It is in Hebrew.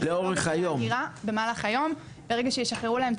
במהלך היום ברגע שישחררו להם את